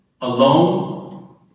Alone